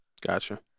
Gotcha